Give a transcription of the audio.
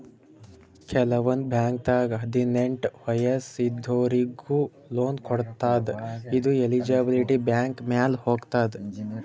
ಕೆಲವಂದ್ ಬಾಂಕ್ದಾಗ್ ಹದ್ನೆಂಟ್ ವಯಸ್ಸ್ ಇದ್ದೋರಿಗ್ನು ಲೋನ್ ಕೊಡ್ತದ್ ಇದು ಎಲಿಜಿಬಿಲಿಟಿ ಬ್ಯಾಂಕ್ ಮ್ಯಾಲ್ ಹೊತದ್